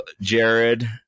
Jared